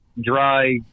dry